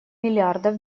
миллиардов